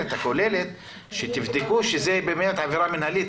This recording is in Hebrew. הכוללת שתבדקו שזו באמת עבירה מנהלית.